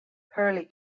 hurley